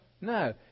No